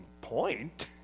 point